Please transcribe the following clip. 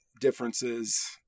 differences